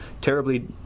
terribly